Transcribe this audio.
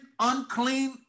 unclean